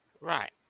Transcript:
Right